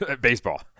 baseball